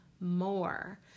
more